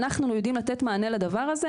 אנחנו יודעים לתת מענה לדבר הזה,